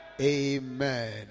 amen